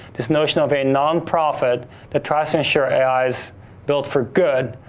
this notion of a non-profit that tries to ensure ai's built for good,